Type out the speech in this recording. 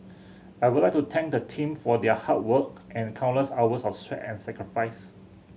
I would like to thank the team for their hard work and countless hours of sweat and sacrifice